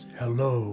hello